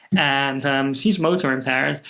and she's motor impaired,